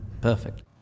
Perfect